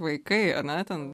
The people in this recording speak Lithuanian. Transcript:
vaikai ane ten